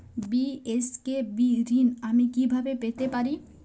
BSKB ঋণ আমি কিভাবে পেতে পারি?